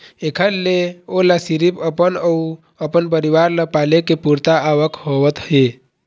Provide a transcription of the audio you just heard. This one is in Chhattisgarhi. एखर ले ओला सिरिफ अपन अउ अपन परिवार ल पाले के पुरता आवक होवत हे